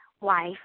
wife